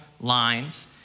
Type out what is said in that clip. lines